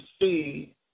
see